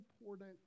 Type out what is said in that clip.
important